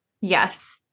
yes